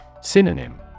Synonym